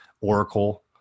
Oracle